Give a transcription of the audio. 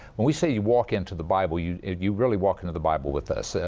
when we say you walk into the bible, you you really walk into the bible with us.